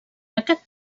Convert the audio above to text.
aquest